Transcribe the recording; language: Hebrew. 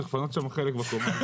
צריך לפנות שם חלק בקומה.